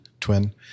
twin